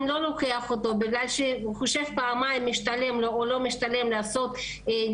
לא לוקח אותו כי הוא חושב פעמיים אם משתלם או לא משתלם לו לנתח מטופל